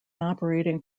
operating